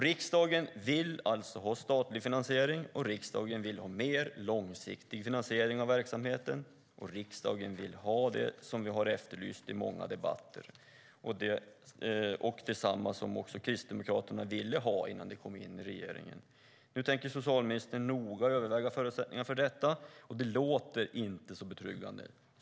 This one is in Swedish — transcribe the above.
Riksdagen vill alltså ha en statlig finansiering. Riksdagen vill ha en mer långsiktig finansiering av verksamheten. Riksdagen vill ha det som vi har efterlyst i många debatter, detsamma som också Kristdemokraterna ville ha innan de kom in i regeringen. Nu tänker socialministern noga överväga förutsättningarna för detta. Det låter inte så betryggande.